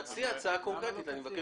תציע הצעה קונקרטית.